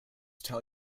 tell